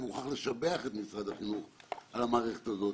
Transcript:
אני חייב לשבח את מערכת החינוך על המערכת הזאת.